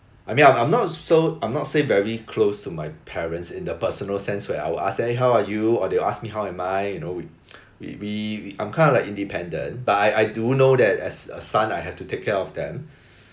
I mean I'm I'm not so I'm not say very close to my parents in the personal sense where I will ask them eh how are you or they will ask me how am I you know we we we I'm kind of like independent but I I do know that as a son I have to take care of them